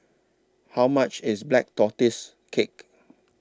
How much IS Black Tortoise Cake